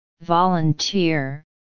Volunteer